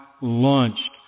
launched